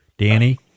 Danny